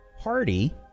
party